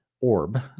Orb